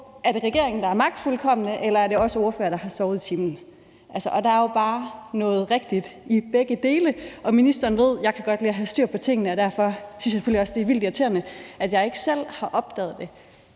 om det er regeringen, der er magtfuldkommen, eller det er os ordførere, der har sovet i timen. Der er jo bare noget rigtigt i begge dele, og ministeren ved, at jeg godt kan lide at have styr på tingene. Derfor synes jeg selvfølgelig også, at det er vildt irriterende, at jeg ikke selv har opdaget det.